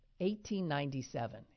1897